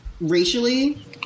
racially